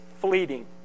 fleeting